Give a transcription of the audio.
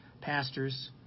pastors